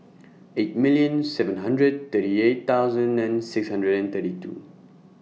eight million seven hundred thirty eight thousand nine six hundred and thirty two